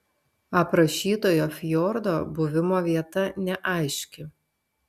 aprašytojo fjordo buvimo vieta neaiški